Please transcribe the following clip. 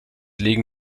legen